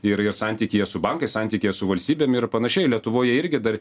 ir ir santykyje su bankais santykyje su valstybėm ir panašiai lietuvoje irgi dar